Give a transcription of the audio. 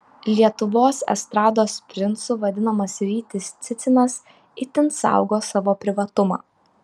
lietuvos estrados princu vadinamas rytis cicinas itin saugo savo privatumą